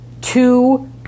two